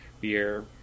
beer